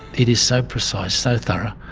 it is so precise, so thorough,